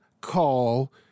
call